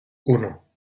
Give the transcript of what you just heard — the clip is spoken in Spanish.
uno